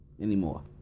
anymore